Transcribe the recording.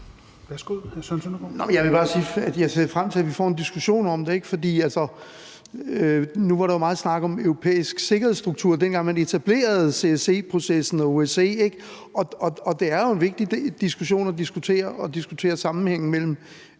Jeg vil bare sige, at jeg ser frem til, at vi får en diskussion om det. For nu var der jo meget snak om en europæisk sikkerhedsstruktur, dengang man etablerede CSC-processen og OSCE, og det er jo en vigtig diskussion at diskutere sammenhængen mellem